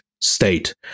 state